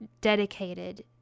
dedicated